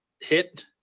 hit